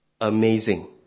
amazing